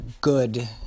good